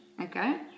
okay